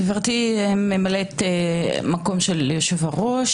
גברתי ממלאת מקום יושב-הראש,